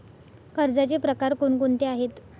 कर्जाचे प्रकार कोणकोणते आहेत?